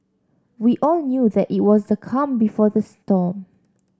we all knew that it was the calm before the storm